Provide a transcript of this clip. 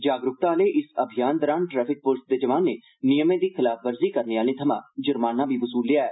जागरूकता आहले इस अभियान दौरान ट्रैफिक पुलस दे जवानें नियमें दी खलाफवर्जी करने आहलें थमां जुर्माना बी वसूलेया ऐ